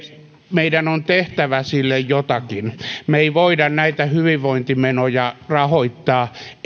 meidän on tehtävä sille jotakin me emme voi näitä hyvinvointimenoja rahoittaa